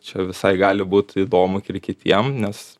čia visai gali būt įdomu ir kitiem nes